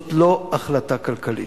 זאת לא החלטה כלכלית,